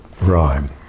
rhyme